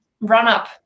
run-up